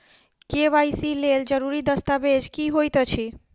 KYC लेल जरूरी दस्तावेज की होइत अछि?